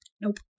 Nope